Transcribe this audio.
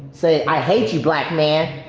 say, i hate you, black man.